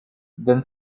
then